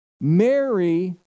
Mary